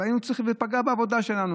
וזה פגע בעבודה שלנו.